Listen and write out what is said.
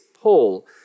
Paul